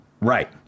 right